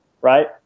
Right